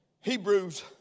Hebrews